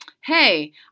hey